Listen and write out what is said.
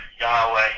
Yahweh